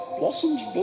blossoms